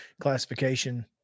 classification